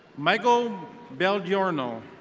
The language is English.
michael belgiorno.